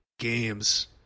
games